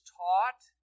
taught